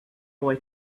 boy